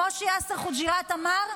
כמו שיאסר חוג'יראת אמר: